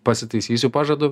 pasitaisysiu pažadu